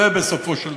זה בסופו של דבר.